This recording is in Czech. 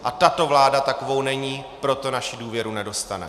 A tato vláda takovou není, proto naši důvěru nedostane.